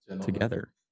together